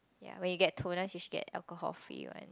ya when you get toners you should get alcohol free one